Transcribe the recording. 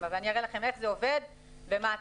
אני אראה לכם איך זה עובד ומה התמריצים.